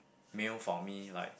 meal for me like